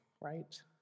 right